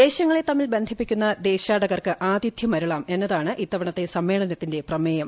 ദേശങ്ങളെ തമ്മിൽ ബന്ധിപ്പിക്കുന്ന ദേശാടകർക്ക് ആതിഥ്യമരുളാം എന്നതാണ് ഇത്തവണത്തെ സമ്മേളനത്തിന്റെ പ്രമേയം